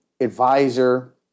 advisor